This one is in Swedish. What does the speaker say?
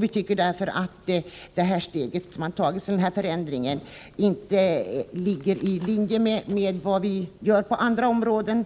Vi tycker därför att det steg man nu tar med denna förändring inte ligger i linje med vad vi gör på andra områden.